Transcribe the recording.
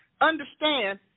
understand